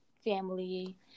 family